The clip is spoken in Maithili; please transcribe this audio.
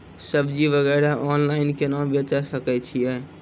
सब्जी वगैरह ऑनलाइन केना बेचे सकय छियै?